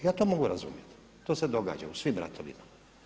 Ja to mogu razumjeti, to se događa u svim ratovima.